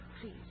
please